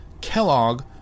Kellogg